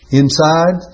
inside